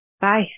Bye